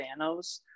Thanos